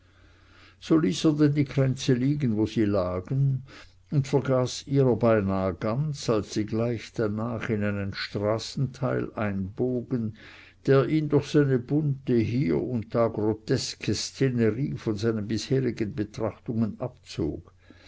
er denn die kränze liegen wo sie lagen und vergaß ihrer beinah ganz als sie gleich danach in einen straßenteil einbogen der ihn durch seine bunte hier und da groteske szenerie von seinen bisherigen betrachtungen abzog